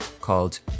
called